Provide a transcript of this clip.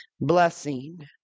blessing